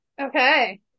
Okay